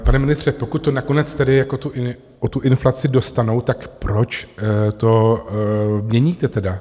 Pane ministře, pokud to nakonec tedy jako o tu inflaci dostanou, tak proč to měníte tedy?